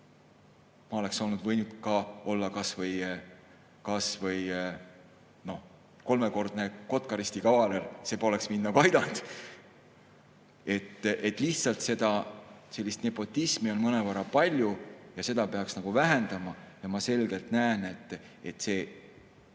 ma oleksin võinud olla kas või kolmekordne Kotkaristi kavaler, see poleks mind aidanud. Lihtsalt sellist nepotismi on mõnevõrra palju ja seda peaks vähendama. Ma selgelt näen, et see